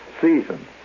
season